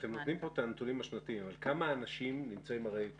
אתם נותנים כאן את הנתונים השנתיים אבל כמה אנשים - חלק